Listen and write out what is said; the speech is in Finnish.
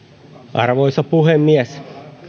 arvoisa puhemies nyt